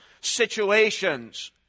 situations